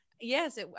Yes